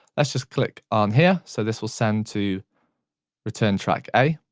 let's just click on here so this will send to return track a.